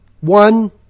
one